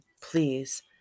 Please